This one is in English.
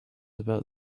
about